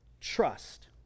trust